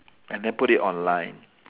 and then put it online